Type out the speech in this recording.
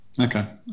Okay